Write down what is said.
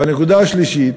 והנקודה השלישית: